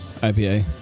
IPA